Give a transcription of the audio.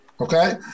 okay